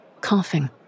coughing